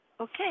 Okay